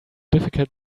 difficult